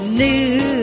new